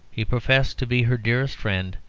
he professes to be her dearest friend,